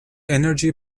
energy